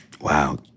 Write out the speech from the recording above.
Wow